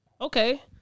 Okay